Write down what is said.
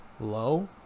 Low